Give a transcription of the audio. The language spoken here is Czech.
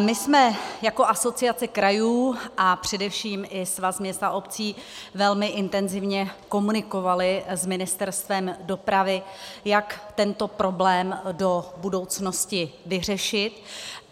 My jsme jako Asociace krajů a především i Svaz měst a obcí velmi intenzivně komunikovali s Ministerstvem dopravy, jak tento problém do budoucnosti vyřešit,